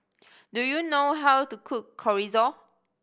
do you know how to cook Chorizo